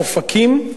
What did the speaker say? אופקים,